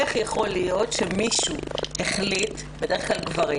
איך יכול להיות שמישהו החליט בדרך כלל גברים